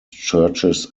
churches